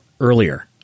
earlier